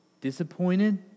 Disappointed